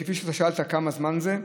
כפי ששאלת, כמה זמן זה,